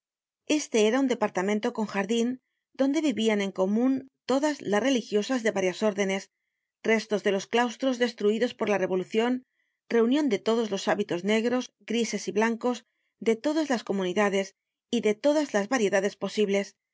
este era un departamento con jardin donde vivían en comun todas las religiosas de varias órdenes restos de los claustros destruidos por la revolucion reunion de todos los hábitos negros grises y blancos de todas las comunidades y de todas las variedades posibles